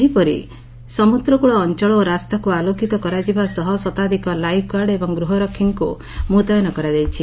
ସେହିପରି ସମୁଦ୍ରକୁଳ ଅଅଳ ଓ ରାସ୍ତାକୁ ଆଲୋକିତ କରାଯିବା ସହ ଶତାଧିକ ଲାଇଫ୍ଗାର୍ଡ ଏବଂ ଗୃହରକ୍ଷୀଙ୍କୁ ମୁତୟନ କରାଯାଇଛି